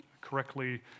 correctly